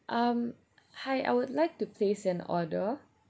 um hi I would like to place an order